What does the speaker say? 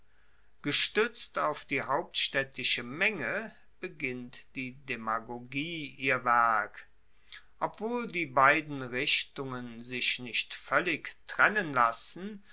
gestuetzt auf die hauptstaedtische menge beginnt die demagogie ihr werk obwohl die beiden richtungen sich nicht voellig trennen lassen